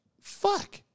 fuck